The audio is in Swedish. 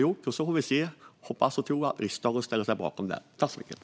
Sedan får vi hoppas och tro att riksdagen ställer sig bakom dem.